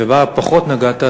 ובה פחות נגעת,